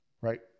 Right